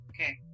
okay